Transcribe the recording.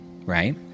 Right